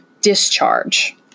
discharge